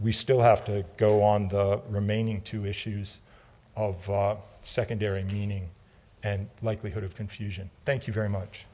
we still have to go on the remaining two issues of secondary meaning and likelihood of confusion thank you very much